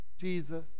Jesus